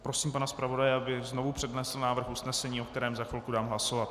Prosím pana zpravodaje, aby znovu přednesl návrh usnesení, o kterém za chvilku dám hlasovat.